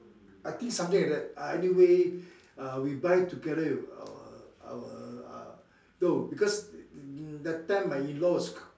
I think something like that uh anyway uh we buy together with our our uh no because that time my in-laws